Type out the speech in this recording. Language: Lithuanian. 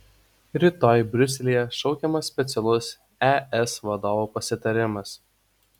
rytoj briuselyje šaukiamas specialus es vadovų pasitarimas